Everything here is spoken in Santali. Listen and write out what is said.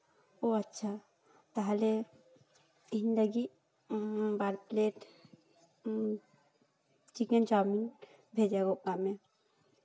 ᱚᱸᱻ ᱟᱪᱪᱷᱟ ᱛᱟᱦᱚᱞᱮ ᱤᱧ ᱞᱟᱹᱜᱤᱫ ᱵᱟᱨ ᱯᱞᱮᱴ ᱪᱤᱠᱮᱱ ᱪᱟᱣᱢᱤᱱ ᱵᱷᱮᱡᱟ ᱜᱚᱜ ᱠᱟᱜ ᱢᱮ